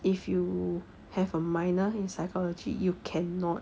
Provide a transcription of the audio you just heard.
if you have a minor in psychology you cannot